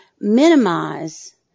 minimize